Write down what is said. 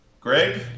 Greg